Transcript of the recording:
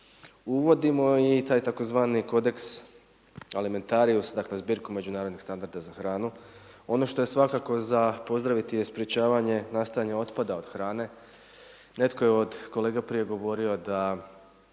Uvodimo i taj tzv. kodeks alimentarius dakle, zbirku međunarodnih standarda za hranu. Ono što je svakako za pozdraviti je sprječavanje nastajanja otpada od hrane. Netko je od kolega prije govorio da